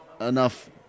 enough